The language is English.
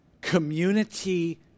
community